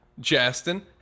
Jastin